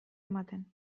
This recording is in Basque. ematen